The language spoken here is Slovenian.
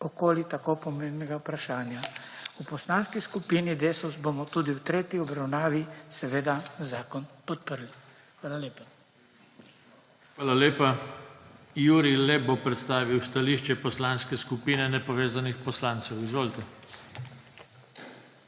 okoli tako pomembnega vprašanja. V poslanski skupini Desus bomo tudi v tretji obravnavi seveda zakon podprli. Hvala lepa. **PODPREDSEDNIK JOŽE TANKO:** Hvala lepa. Jurij Lep bo predstavil stališče Poslanske skupine Nepovezanih poslancev. Izvolite.